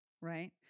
right